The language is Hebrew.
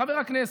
חבר הכנסת,